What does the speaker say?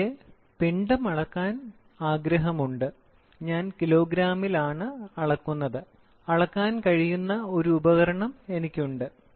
എനിക്ക് പിണ്ഡം അളക്കാൻ ആഗ്രഹമുണ്ട് ഞാൻ കിലോഗ്രാമിൽ ആണ് അളക്കുന്നത് അളക്കാൻ കഴിയുന്ന ഒരു ഉപകരണം എനിക്കുണ്ട്